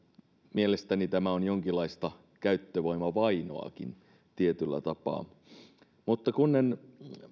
mielestäni tämä on jonkinlaista käyttövoimavainoakin tietyllä tapaa koska en